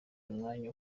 umwanya